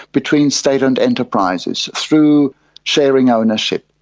between state owned enterprises through sharing ownership.